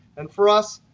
and for us,